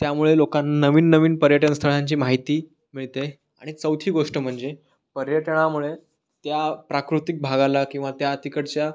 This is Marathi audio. त्यामुळे लोकांना नवीन नवीन पर्यटन स्थळांची माहिती मिळते आणि चौथी गोष्ट म्हणजे पर्यटनामुळे त्या प्राकृतिक भागाला किंवा त्या तिकडच्या